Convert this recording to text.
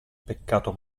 peccato